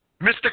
Mr